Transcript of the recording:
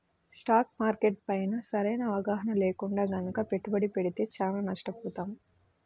stock market పైన సరైన అవగాహన లేకుండా గనక పెట్టుబడి పెడితే చానా నష్టపోతాం